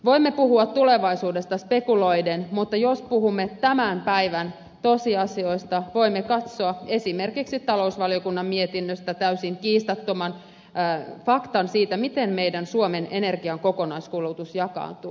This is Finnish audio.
voimme puhua tulevaisuudesta spekuloiden mutta jos puhumme tämän päivän tosiasioista voimme katsoa esimerkiksi talousvaliokunnan mietinnöstä täysin kiistattoman faktan siitä miten meidän suomen energian kokonaiskulutus jakaantuu